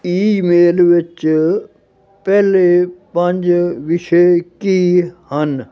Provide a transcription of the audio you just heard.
email ਵਿੱਚ ਪਹਿਲੇ ਪੰਜ ਵਿਸ਼ੇ ਕੀ ਹਨ